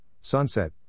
sunset